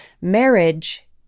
Marriage